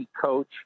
coach